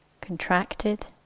contracted